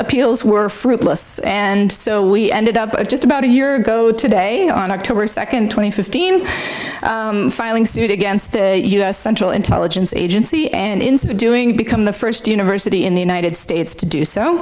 appeals were fruitless and so we ended up just about a year ago today on october second twenty fifteen filing suit against the u s central intelligence agency and instead doing become the first university in the united states to do so